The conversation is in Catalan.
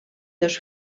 dos